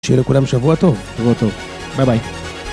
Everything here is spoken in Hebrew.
שיהיה לכולם שבוע טוב, שבוע טוב, ביי ביי.